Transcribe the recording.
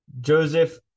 Joseph